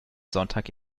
sonntag